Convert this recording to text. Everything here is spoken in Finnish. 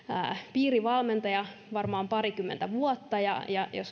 piirivalmentaja varmaan parikymmentä vuotta ja ja jos